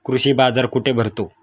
कृषी बाजार कुठे भरतो?